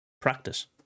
Practice